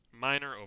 minor